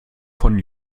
von